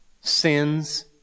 sins